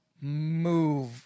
move